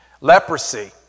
Leprosy